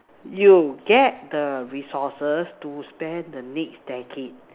you get the resources to spend the next decade